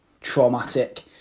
traumatic